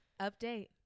Update